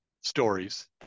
stories